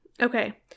Okay